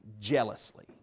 jealously